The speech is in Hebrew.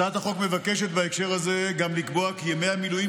הצעת החוק מבקשת בהקשר זה גם לקבוע כי ימי המילואים